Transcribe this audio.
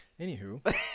Anywho